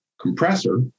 compressor